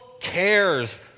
cares